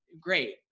great